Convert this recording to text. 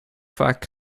vaak